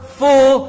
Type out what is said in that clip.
full